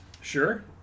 Sure